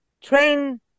train